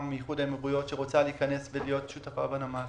מאיחוד האמירויות שרוצה להיכנס ולהיות שותפה בנמל.